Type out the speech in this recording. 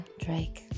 Drake